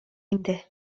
инде